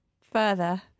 further